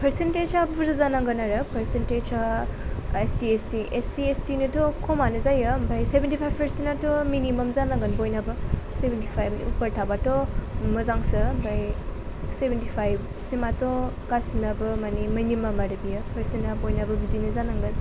पार्सेन्टेजा बुरजा जानांगोन आरो पार्सेन्टेजा एस सि एस टि नोथ' खमानो जायो ओमफ्राय सेभेनटि फाइभ पार्सेन्टेआथ' मिनिमाम जानांगोन बयनाबो सेभेनटि फाइभनि उपर थाब्लाथ' मोजांसो ओमफ्राय सेभेनटि फाइभसिमाथ' गासिनाबो माने मिनिमाम आरो बेयो पार्सेन्टा बयनाबो बिदिनो जानांगोन